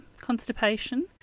constipation